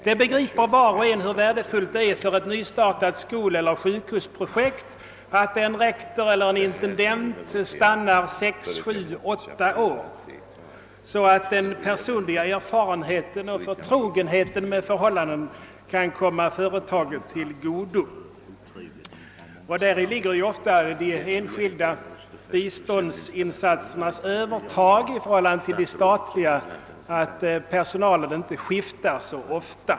Var och en begriper hur värdefullt det är för ett nystartat skoleller sjukhusprojekt att en rektor eller en intendent stannar 6—38 år, så att den personliga erfarenheten och förtrogenheten med förhållandena kan komma företaget till godo. De enskilda biståndsinsatsernas övertag över de statliga insatserna består många gånger i att personalen inte skiftar så ofta.